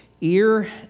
ear